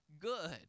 good